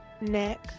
nick